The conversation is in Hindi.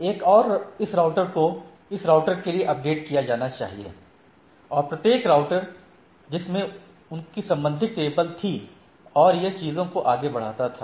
एक और इस राउटर को इस राउटर के लिए अपडेट किया जाना चाहिए और प्रत्येक राउटर जिसमें उनकी संबंधित टेबल थी और यह चीजों को आगे बढ़ाता था